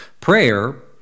Prayer